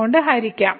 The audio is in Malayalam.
കൊണ്ട് ഹരിക്കാം